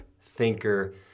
thinker